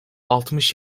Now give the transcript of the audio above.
altmış